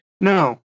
No